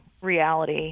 reality